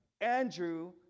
Andrew